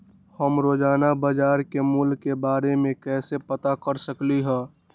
हम रोजाना बाजार के मूल्य के के बारे में कैसे पता कर सकली ह?